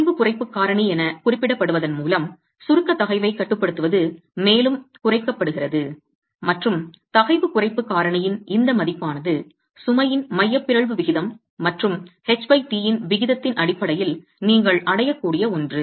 தகைவு குறைப்புக் காரணி என குறிப்பிடப்படுவதன் மூலம் சுருக்க தகைவைக் கட்டுப்படுத்துவது மேலும் குறைக்கப்படுகிறது மற்றும் தகைவுக் குறைப்புக் காரணியின் இந்த மதிப்பானது சுமையின் மைய பிறழ்வு விகிதம் மற்றும் h t ன் விகிதத்தின் அடிப்படையில் நீங்கள் அடையக்கூடிய ஒன்று